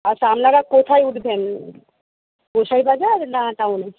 আচ্ছা আপনারা কোথায় উঠবেন গোঁসাইবাজার না টাউন